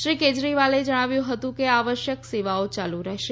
શ્રી કેજરીવાલે જણાવ્યું હતું કે આવશ્યક સેવાઓ ચાલુ રહેશે